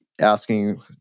asking